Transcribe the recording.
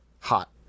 hot